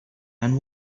and